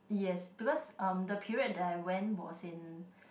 yes because(um) the period that I went was in